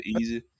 easy